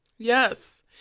Yes